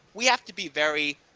we have to be very,